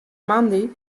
moandei